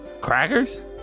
crackers